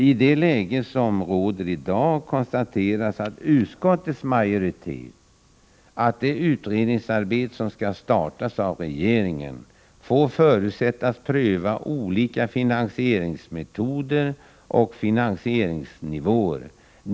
I det läge som råder i dag konstaterar utskottets majoritet att det utredningsarbete som skall startas av regeringen får förutsättas pröva olika finansieringsmetoder och finansieringsnivåer.